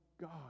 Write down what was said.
God